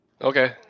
Okay